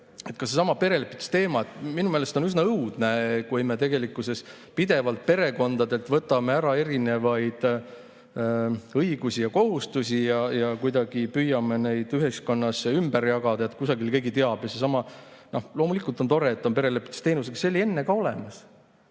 Ka seesama perelepituse teema. Minu meelest on üsna õudne, kui me tegelikkuses võtame perekondadelt pidevalt ära erinevaid õigusi ja kohustusi ja kuidagi püüame neid ühiskonnas ümber jagada, et kusagil keegi teab[, kuidas seda teha]. Loomulikult on tore, et on perelepitusteenus, aga see oli enne ka olemas.